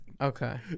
Okay